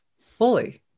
fully